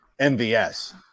MVS